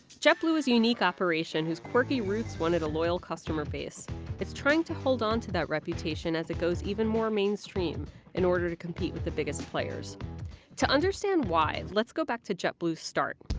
jetblue is a unique operation whose quirky roots won it a loyal customer base it's trying to hold on to that reputation as it goes even more mainstream in order to compete with the biggest players to understand why, let's go back to jetblue's start